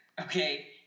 okay